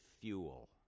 fuel